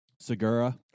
segura